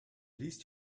least